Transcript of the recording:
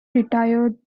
retired